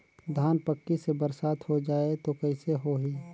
धान पक्की से बरसात हो जाय तो कइसे हो ही?